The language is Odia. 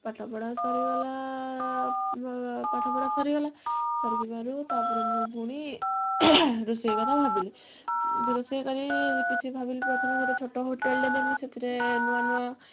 ପାଠ ପଢ଼ା ସରିଗଲା ବ ପାଠ ପଢ଼ା ସରିଗଲା ସରିଯିବାରୁ ତାପରେ ମୁଁ ପୁଣି ରୋଷେଇ କଥା ଭାବିଲି ରୋଷେଇ କରି କିଛି ଭାବିଲି ପ୍ରଥମେ ଛୋଟ ହୋଟେଲଟେ ଦେବି ସେଥିରେ ନୂଆ ନୂଆ